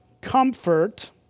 comfort